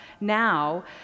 now